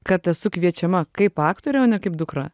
kad esu kviečiama kaip aktorė o ne kaip dukra